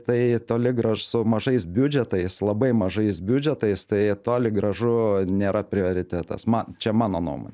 tai toli graž su mažais biudžetais labai mažais biudžetais tai toli gražu nėra prioritetas ma čia mano nuomo